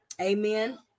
Amen